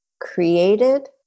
created